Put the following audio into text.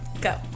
Go